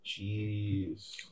Jeez